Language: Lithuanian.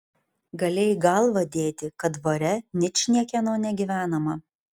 galėjai galvą dėti kad dvare ničniekieno negyvenama